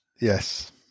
Yes